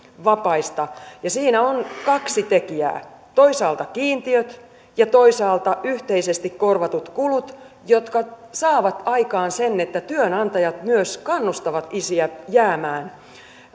vapaista ja siinä on kaksi tekijää toisaalta kiintiöt ja toisaalta yhteisesti korvatut kulut jotka saavat aikaan sen että työnantajat myös kannustavat isiä jäämään